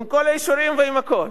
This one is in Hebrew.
עם כל האישורים ועם הכול.